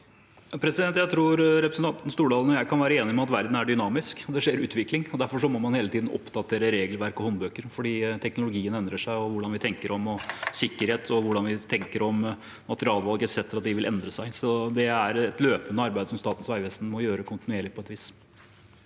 Jeg tror repre- sentanten Stordalen og jeg kan være enige om at verden er dynamisk. Det skjer utvikling, og derfor må man hele tiden oppdatere regelverk og håndbøker, for teknologien endrer seg. Hvordan vi tenker om sikkerhet, og hvordan vi tenker om materialvalg etc., vil endre seg. Det er et løpende arbeid som Statens vegvesen må gjøre kontinuerlig på et vis.